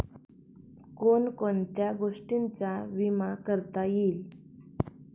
कोण कोणत्या गोष्टींचा विमा करता येईल?